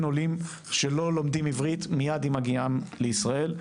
עולים שלא לומדים עברית מיד עם הגיעם לישראל,